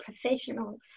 professional